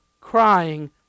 crying